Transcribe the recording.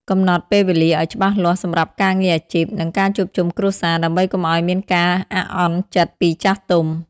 កំណត់ពេលវេលាឱ្យច្បាស់លាស់សម្រាប់ការងារអាជីព និងការជួបជុំគ្រួសារ ដើម្បីកុំឱ្យមានការអាក់អន់ចិត្តពីចាស់ទុំ។